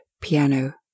piano